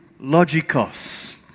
logikos